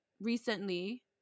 recently